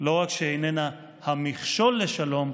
לא רק שאיננה המכשול לשלום,